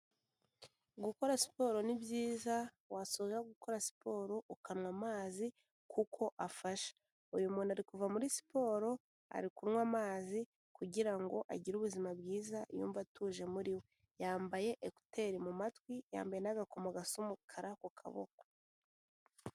Gukora siporo ni byiza, wasoza gukora siporo ukanywa amazi kuko afasha, uyu muntu ari kuva muri siporo, ari kunywa amazi kugira ngo agire ubuzima bwiza yumve atuje muri we, yambaye ekuteri mu matwi, yambaye n'agakoma gasa umukara ku kaboko.